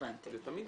הבנתי.